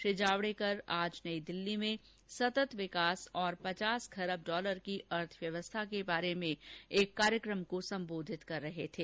श्री जावड़ेकर आज नई दिल्ली में सतत विकास और पचास खरब डालर की अर्थव्यवस्था के बारे में एक कार्यक्रम को संबोधित कर रहे थे